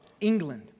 England